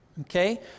Okay